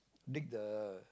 dig the